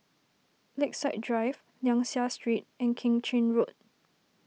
Lakeside Drive Liang Seah Street and Keng Chin Road